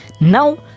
Now